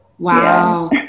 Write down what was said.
wow